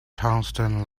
tungsten